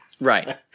Right